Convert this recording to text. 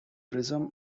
prisms